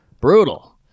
Brutal